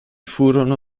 furono